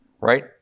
right